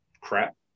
crap